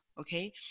okay